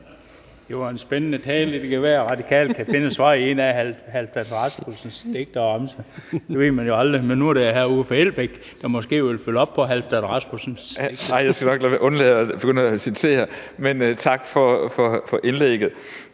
Det var en spændende tale. Det kan være, at Radikale kan finde et svar i et af Halfdan Rasmussens digte og remser, det ved man jo aldrig. Men nu er det hr. Uffe Elbæk, der måske vil følge op på Halfdan Rasmussens digt. Kl. 12:10 Uffe Elbæk (ALT): Nej, jeg skal nok undlade at begynde at citere, men tak for indlægget.